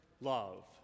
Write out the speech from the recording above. love